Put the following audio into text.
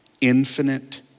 infinite